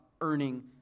earning